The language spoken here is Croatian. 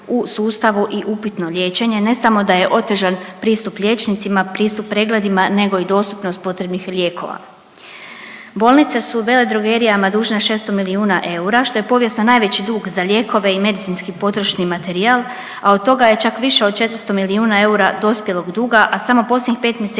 u sustavu i upitno liječenje. Ne samo da je otežan pristup liječnicima, pristup pregledima nego i dostupnost potrebnih lijekova. Bolnice su veledrogerijama dužne 600 milijuna eura, što je povijesno najveći dug za lijekove i medicinski potrošni materijal, a od toga je čak više od 400 milijuna eura dospjelog duga, a samo posljednjih 5 mjeseci